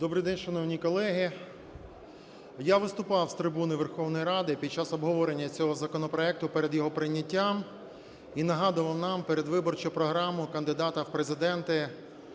Добрий день, шановні колеги! Я виступав з трибуни Верховної Ради під час обговорення цього законопроекту перед його прийняттям і нагадував нам передвиборчу програму кандидата в Президенти